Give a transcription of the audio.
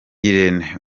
irene